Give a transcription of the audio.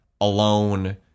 alone